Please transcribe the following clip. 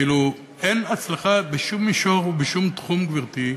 אין הצלחה בשום מישור, בשום תחום, גברתי,